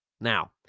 Now